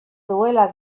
duela